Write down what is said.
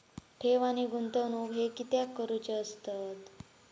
ठेव आणि गुंतवणूक हे कित्याक करुचे असतत?